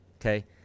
okay